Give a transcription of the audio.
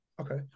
Okay